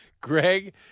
Greg